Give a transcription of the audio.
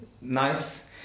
nice